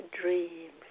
dreams